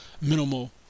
minimal